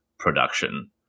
production